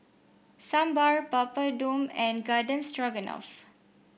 Sambar Papadum and Garden Stroganoff